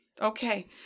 Okay